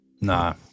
Nah